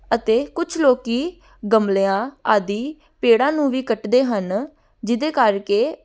ਅਤੇ ਕੁਛ ਲੋਕ ਗਮਲਿਆਂ ਆਦਿ ਪੇੜਾਂ ਨੂੰ ਵੀ ਕੱਟਦੇ ਹਨ ਜਿਹਦੇ ਕਰਕੇ